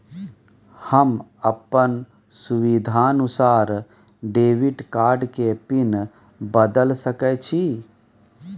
हम अपन सुविधानुसार डेबिट कार्ड के पिन बदल सके छि?